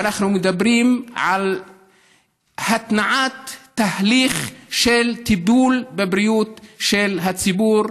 ואנחנו מדברים על התנעת תהליך של טיפול בבריאות של הציבור,